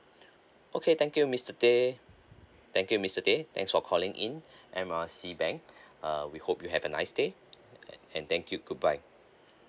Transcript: okay thank you mister teh thank you mister teh thanks for calling in M R C bank uh we hope you have a nice day and thank you goodbye